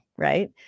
right